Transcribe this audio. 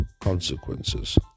consequences